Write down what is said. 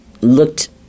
looked